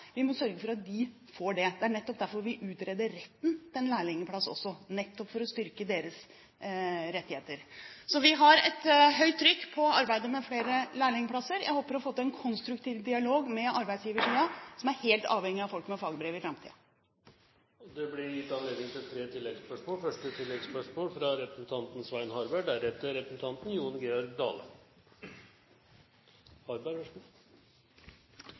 får det. Det er nettopp derfor vi utreder retten til en lærlingplass – nettopp for å styrke deres rettigheter. Vi har et høyt trykk på arbeidet med å få flere lærlingplasser. Jeg håper å få til en konstruktiv dialog med arbeidsgiversiden, som er helt avhengig av folk med fagbrev i framtiden. Det blir gitt anledning til tre oppfølgingsspørsmål – først Svein Harberg. Jeg må vel kunne si at ut fra